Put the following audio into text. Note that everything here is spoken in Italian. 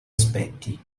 aspetti